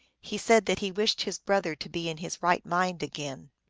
he said that he wished his brother to be in his right mind again.